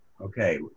Okay